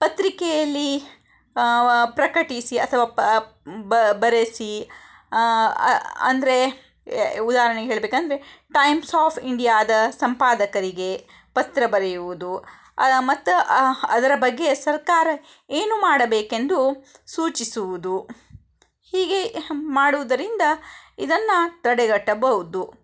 ಪತ್ರಿಕೆಯಲ್ಲಿ ಪ್ರಕಟಿಸಿ ಅಥವಾ ಬರೆಸಿ ಅಂದರೆ ಉದಾಹರ್ಣೆಗೆ ಹೇಳಬೇಕಂದ್ರೆ ಟೈಮ್ಸ್ ಆಫ್ ಇಂಡಿಯಾದ ಸಂಪಾದಕರಿಗೆ ಪತ್ರ ಬರೆಯುವುದು ಮತ್ತು ಅದರ ಬಗ್ಗೆ ಸರ್ಕಾರ ಏನು ಮಾಡಬೇಕೆಂದು ಸೂಚಿಸುವುದು ಹೀಗೆ ಮಾಡುವುದರಿಂದ ಇದನ್ನು ತಡೆಗಟ್ಟಬಹುದು